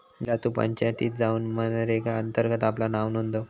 झिला तु पंचायतीत जाउन मनरेगा अंतर्गत आपला नाव नोंदव